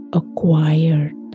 acquired